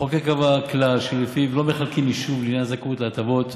המחוקק קבע כלל שלפיו לא מחלקים יישוב לעניין הזכאות להטבות,